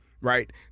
Right